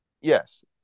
yes